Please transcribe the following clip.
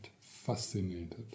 fascinated